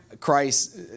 Christ